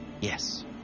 Yes